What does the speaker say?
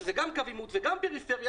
שזה גם קו עימות וגם פריפריה,